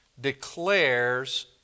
declares